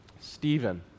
Stephen